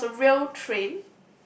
I mean it was a rail train